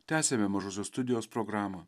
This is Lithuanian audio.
tęsiame mažosios studijos programą